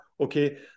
okay